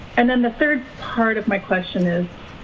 and then the third part of my question is